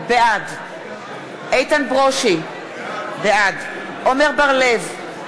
בעד איתן ברושי, בעד עמר בר-לב,